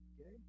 okay